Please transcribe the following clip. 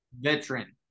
Veteran